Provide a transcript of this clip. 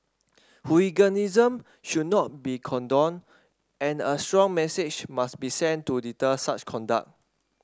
hooliganism should not be condoned and a strong message must be sent to deter such conduct